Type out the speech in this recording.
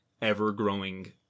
ever-growing